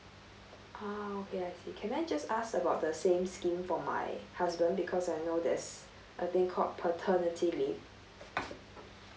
ah okay I see can I just ask about the same scheme for my husband because I know there's a thing called paternity leave